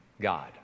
God